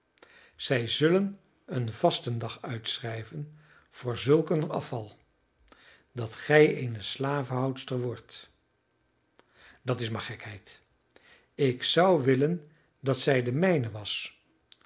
zij zullen een vastendag uitschrijven voor zulk een afval dat gij eene slavenhoudster wordt dat is maar gekheid ik zou willen dat zij de mijne was